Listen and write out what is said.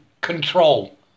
control